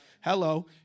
Hello